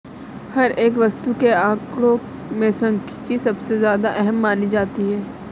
हर एक वस्तु के आंकडों में सांख्यिकी सबसे ज्यादा अहम मानी जाती है